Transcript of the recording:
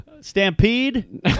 Stampede